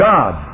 God